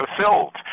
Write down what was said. fulfilled